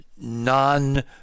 non